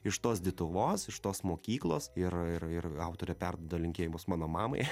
iš tos dituvos iš tos mokyklos ir ir ir autorė perduoda linkėjimus mano mamai